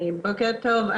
בוקר טוב.